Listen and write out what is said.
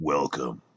Welcome